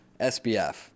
SBF